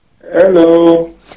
Hello